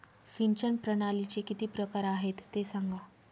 सिंचन प्रणालीचे किती प्रकार आहे ते सांगा